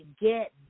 get